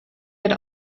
had